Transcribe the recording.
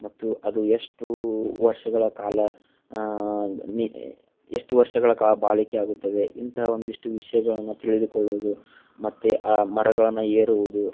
ಮತ್ತು ಅದು ಎಷ್ಟು ವರ್ಷಗಳ ಕಾಲ ನಿ ಎಷ್ಟು ವರ್ಷಗಳ ಕಾಲ ಬಾಳಿಕೆಯಾಗುತ್ತದೆ ಇಂಥ ಒಂದಿಷ್ಟು ವಿಷಯಗಳನ್ನ ತಿಳಿದುಕೊಳ್ಳೋದು ಮತ್ತು ಆ ಮರಗಳನ್ನು ಏರುವುದು